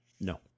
No